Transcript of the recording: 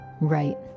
Right